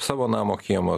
savo namo kiemo